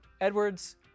Edwards